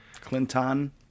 clinton